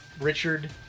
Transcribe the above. Richard